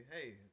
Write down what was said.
hey